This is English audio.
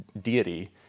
deity